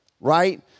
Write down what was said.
right